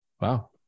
wow